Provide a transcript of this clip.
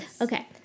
Okay